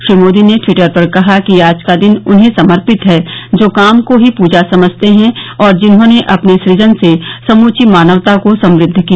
श्री मोदी ने ट्वीटर पर कहा कि आज का दिन उन्हें समर्पित है जो काम को ही पूजा समझते हैं और जिन्होंने अपने सजन से समची मानवता को समद किया